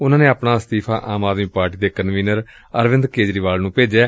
ਉਨੂਾ ਨੇ ਆਪਣਾ ਅਸਤੀਫ਼ਾ ਆਮ ਆਦਮੀ ਪਾਰਟੀ ਦੇ ਕਨਵੀਨਰ ਅਰਵਿੰਦ ਕੇਜਰੀਵਾਲ ਨੂੰ ਭੇਜ ਦਿੱਤੈ